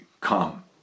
come